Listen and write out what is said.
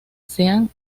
sean